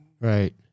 Right